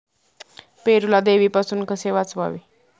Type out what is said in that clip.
पेरूला देवीपासून कसे वाचवावे?